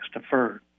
deferred